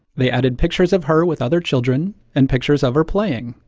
they added pictures of her with other children, and pictures of her playing.